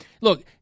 look